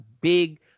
big